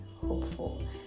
hopeful